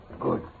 good